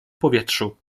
powietrzu